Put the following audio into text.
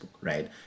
right